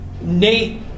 Nate